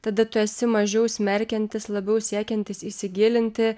tada tu esi mažiau smerkiantis labiau siekiantis įsigilinti